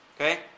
Okay